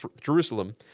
Jerusalem